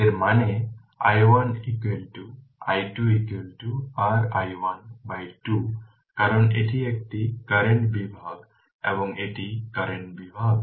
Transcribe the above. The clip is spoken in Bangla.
এই তার মানে i1 দুঃখিত i2 r i1 বাই 2 কারণ এটি একটি কারেন্ট বিভাগ এটি একটি কারেন্ট বিভাগ